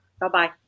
Bye-bye